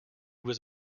was